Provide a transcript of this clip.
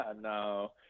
no